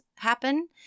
happen